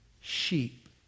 sheep